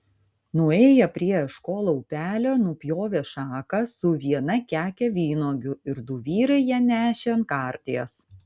nuėję prie eškolo upelio nupjovė šaką su viena keke vynuogių ir du vyrai ją nešė ant karties